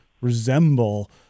resemble